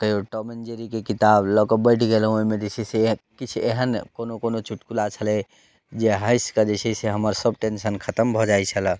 तऽ कहियो Tom and जेरीके किताब लऽ कऽ बैठ गेलहुॅं ओहिमे जे छै से किछु एहन कोनो कोनो चुटकुला छेलै जे हैँसके जे छै से हमर सभ टेंशन खतम भऽ जाइ छलै